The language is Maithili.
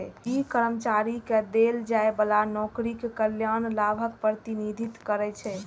ई कर्मचारी कें देल जाइ बला नौकरीक कल्याण लाभक प्रतिनिधित्व करै छै